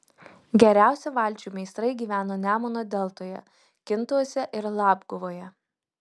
geriausi valčių meistrai gyveno nemuno deltoje kintuose ir labguvoje